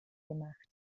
gemacht